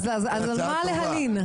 אז על מה להלין?